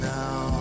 now